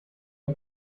der